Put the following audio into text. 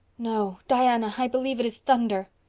no, diana, i believe it is thunder.